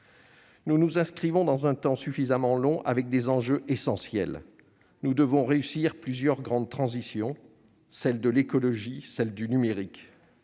Nous nous inscrivons dans un temps suffisamment long avec des enjeux essentiels. Nous devons réussir plusieurs grandes transitions : celle de l'écologie, celle du numérique.